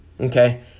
Okay